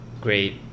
great